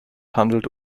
handelt